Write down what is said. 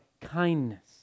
kindness